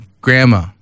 grandma